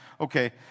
Okay